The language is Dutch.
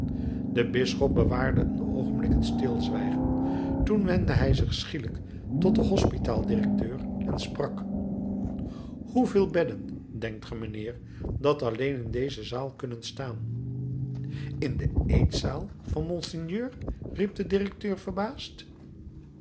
de bisschop bewaarde een oogenblik het stilzwijgen toen wendde hij zich schielijk tot den hospitaal directeur en sprak hoeveel bedden denkt ge mijnheer dat alleen in deze zaal kunnen staan in de eetzaal van monseigneur riep de directeur verbaasd